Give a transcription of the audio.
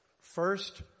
First